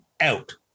out